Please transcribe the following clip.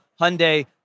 Hyundai